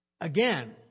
Again